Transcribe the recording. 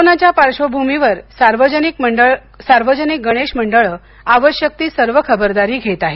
कोरोनाच्या पार्श्वभूमीवर सार्वजनिक गणेश मंडळे आवश्यक सर्व खबरदारी घेत आहेत